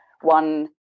one